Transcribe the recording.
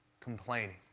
complaining